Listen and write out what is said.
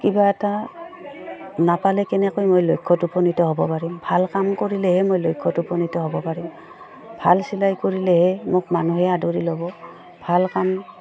কিবা এটা নাপালে কেনেকৈ মই লক্ষ্যত উপনীত হ'ব পাৰিম ভাল কাম কৰিলেহে মই লক্ষ্যত উপনীত হ'ব পাৰিম ভাল চিলাই কৰিলেহে মোক মানুহে আদৰি ল'ব ভাল কাম